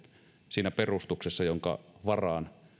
siinä perustuksessa jonka varaan